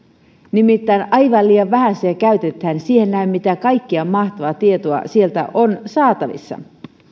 nimittäin aivan liian vähän sitä käytetään siihen nähden mitä kaikkea mahtavaa tietoa sieltä on saatavissa